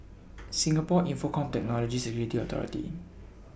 Singapore Infocomm Technology Security Authority